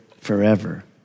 forever